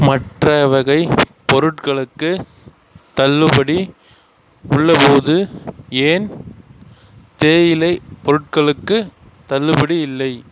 மற்ற வகை பொருட்களுக்கு தள்ளுபடி உள்ளபோது ஏன் தேயிலை பொருட்களுக்கு தள்ளுபடி இல்லை